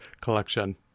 collection